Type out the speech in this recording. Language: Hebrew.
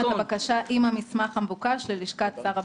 אתמול את הבקשה עם המסמך המבוקש ללשכת שר הביטחון.